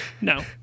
No